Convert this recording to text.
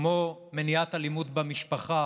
כמו מניעת אלימות במשפחה